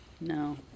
No